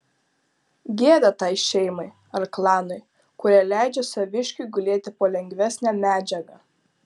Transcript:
gėda tai šeimai ar klanui kurie leidžia saviškiui gulėti po lengvesne medžiaga